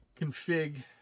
config